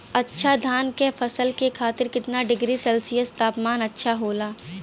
अच्छा धान क फसल के खातीर कितना डिग्री सेल्सीयस तापमान अच्छा होला?